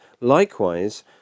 Likewise